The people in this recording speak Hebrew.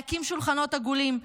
להקים שולחנות עגולים,